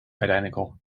identical